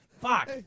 Fuck